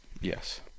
Yes